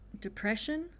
depression